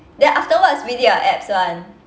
then afterwards we did a abs [one]